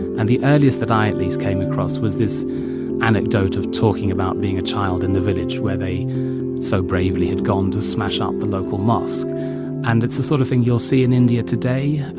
and the earliest that i, at least, came across was this anecdote of talking about being a child in the village where they so bravely had gone to smash ah up the local mosque and it's the sort of thing you'll see in india today.